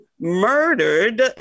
murdered